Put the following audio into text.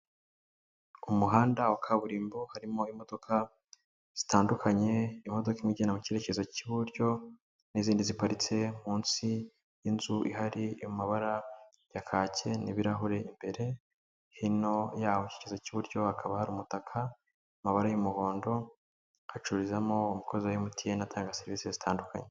Mu muhanda wa kaburimbo harimo imodoka zitandukanye, imodoka imwe igenda mu cyerekezo cy'iburyo n'izindi ziparitse munsi y'inzu ihari yo mu mabara ya kake n'ibirahure imbere, hino yaho mu cyerekezo cy'iburyo hakaba hari umutaka, amabara y'umuhondo hacururizamo umukozi wa MTN atanga serivisi zitandukanye.